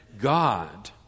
God